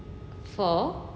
for